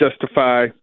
justify